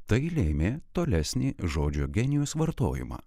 tai lėmė tolesnį žodžio genijus vartojimą